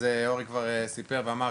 אורי כבר סיפר ואמר,